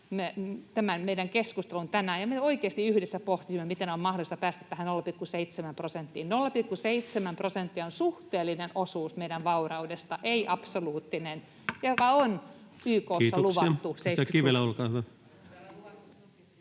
tämän meidän keskustelun tänään ja me oikeasti yhdessä pohtisimme, miten on mahdollista päästä tähän 0,7 prosenttiin. 0,7 prosenttia on suhteellinen osuus meidän vauraudesta, ei absoluuttinen, ja se on